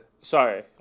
Sorry